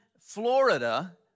Florida